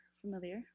familiar